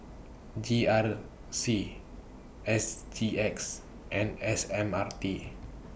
G R C S G X and S M R T